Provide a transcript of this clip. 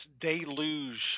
deluge